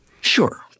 Sure